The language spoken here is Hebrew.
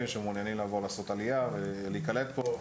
שמעוניינים לעשות עלייה ולהיקלט פה.